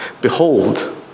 behold